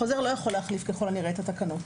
החוזר לא יכול להחליף ככל הנראה את התקנות.